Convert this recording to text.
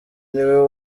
niwe